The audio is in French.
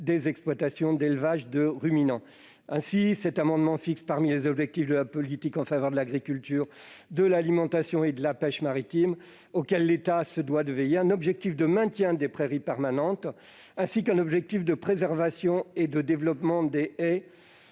des exploitations d'élevage de ruminants. Ainsi, cet amendement tend à fixer, parmi les objectifs de la politique en faveur de l'agriculture, de l'alimentation et de la pêche maritime, auxquels l'État se doit de veiller, un objectif de maintien des prairies permanentes, ainsi qu'un autre de préservation et de développement des haies